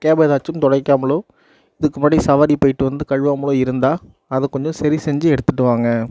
கேப்பை எதாச்சும் துடைக்காமலோ இதுக்கு முன்னாடி சவாரி போயிட்டு வந்து கழுவாமல் இருந்தால் அதை கொஞ்சம் சரி செஞ்சி எடுத்துகிட்டு வாங்க